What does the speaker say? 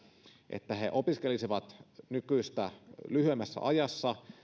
että he opiskelisivat nykyistä lyhyemmässä ajassa